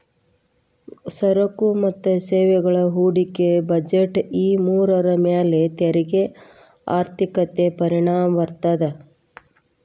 ಸರಕು ಮತ್ತ ಸೇವೆಗಳ ಹೂಡಿಕೆ ಬಜೆಟ್ ಈ ಮೂರರ ಮ್ಯಾಲೆ ತೆರಿಗೆ ಆರ್ಥಿಕತೆ ಪರಿಣಾಮ ಬೇರ್ತದ